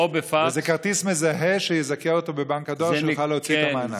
וזה כרטיס מזהה שיזכה אותו בבנק הדואר והוא יוכל להוציא את המענק?